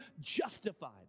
justified